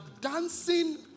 dancing